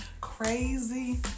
crazy